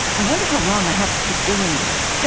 i wonder how long i have to keep doing this? you know